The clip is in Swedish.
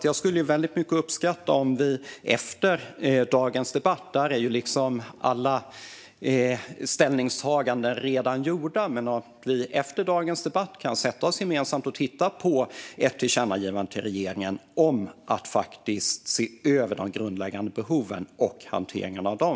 Jag skulle verkligen uppskatta om vi efter dagens debatt - här är ju alla ställningstaganden redan gjorda - kan sätta oss ned och titta på ett gemensamt tillkännagivande till regeringen om att se över de grundläggande behoven och hanteringen av dem.